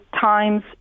times